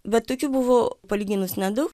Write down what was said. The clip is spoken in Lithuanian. bet tokių buvo palyginus nedaug